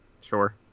Sure